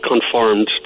conformed